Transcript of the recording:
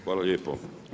Hvala lijepo.